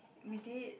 we did